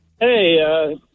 Hey